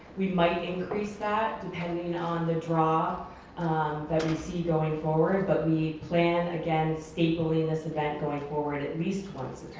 we might increase that, depending ah and the draw that we see going forward. but we plan again, stapling this event going forward at least once